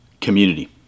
community